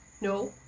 no